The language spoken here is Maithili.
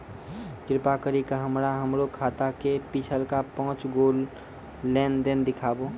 कृपा करि के हमरा हमरो खाता के पिछलका पांच गो लेन देन देखाबो